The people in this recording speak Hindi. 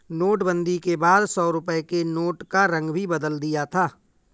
नोटबंदी के बाद सौ रुपए के नोट का रंग भी बदल दिया था